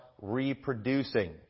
reproducing